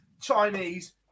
Chinese